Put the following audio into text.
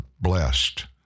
blessed